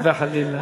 לא, חס וחלילה.